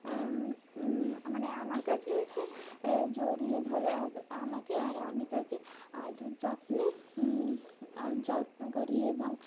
মানে আমার কাছে এসে জড়িয়ে ধরে আমাকে আর আমি তাকে আলর যত্নে যত্ন করি এবং